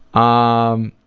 on.